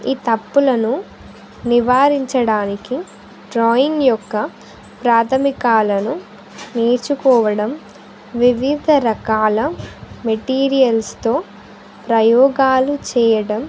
ఈ తప్పులను నివారించడానికి డ్రాయింగ్ యొక్క ప్రాథమికాలను నేర్చుకోవడం వివిధ రకాల మెటీరియల్స్తో ప్రయోగాలు చేయడం